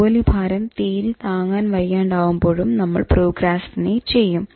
ജോലിഭാരം തീരെ താങ്ങാൻ വയ്യാണ്ടാകുമ്പോഴും നമ്മൾ പ്രോക്രാസ്റ്റിനേറ്റ് ചെയ്യും